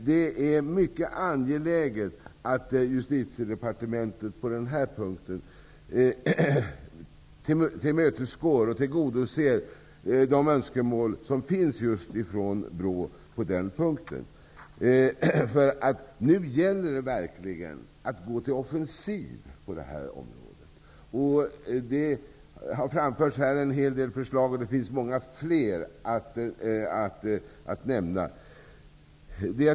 Det är mycket angeläget att Justitiedepartementet på den här punkten tillmötesgår och tillgodoser BRÅ:s önskemål. Nu gäller det verkligen att gå till offensiv på det här området. Det har här framförts en hel del förslag, och det finns många fler att nämna.